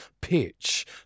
pitch